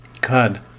God